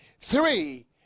three